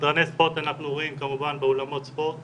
סדרני ספורט אנחנו רואים כמובן באולמות ספורט